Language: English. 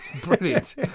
Brilliant